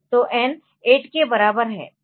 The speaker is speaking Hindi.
तो n 8 के बराबर है